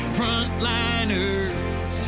frontliners